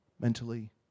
mentally